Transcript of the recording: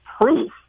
proof